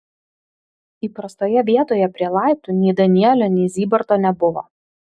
įprastoje vietoje prie laiptų nei danielio nei zybarto nebuvo